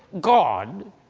God